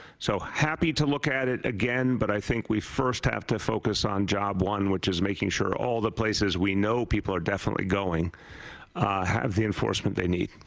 so happy to look at it again, but i think we first have to focus on job one which is making sure all the places we know people are definitely going have the enforcement they need.